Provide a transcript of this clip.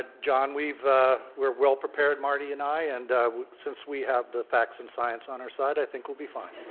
ah john. we've we're well prepared, mar di and i, and since we have the facts and science on our side i think we'll be fine.